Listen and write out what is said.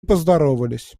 поздоровались